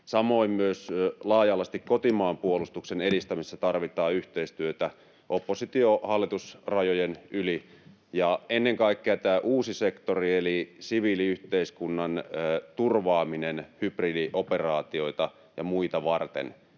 Samoin laaja-alaisesti kotimaan puolustuksen edistämisessä tarvitaan yhteistyötä oppositio—hallitusrajojen yli. Ja ennen kaikkea tätä uutta sektoria — eli siviiliyhteiskunnan turvaamista hybridioperaatioita ja muita varten